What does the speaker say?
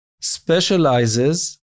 specializes